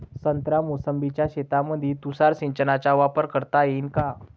संत्रा मोसंबीच्या शेतामंदी तुषार सिंचनचा वापर करता येईन का?